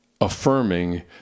affirming